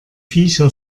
viecher